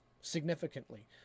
significantly